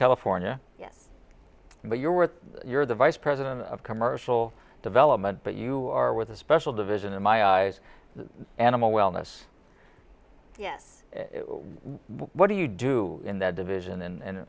california yes but you're with you're the vice president of commercial development but you are with a special division in my eyes the animal wellness yes what do you do in that division and